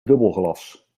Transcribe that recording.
dubbelglas